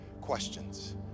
questions